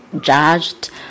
judged